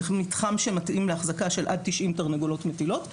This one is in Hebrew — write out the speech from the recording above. זה מתחם שמתאים להחזקה של עד 90 תרנגולות מטילות,